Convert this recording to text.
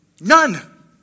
None